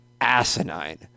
asinine